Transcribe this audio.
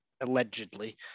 allegedly